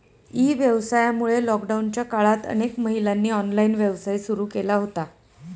E व्यवसायामुळे लॉकडाऊनच्या काळात अनेक महिलांनी ऑनलाइन व्यवसाय सुरू केला होता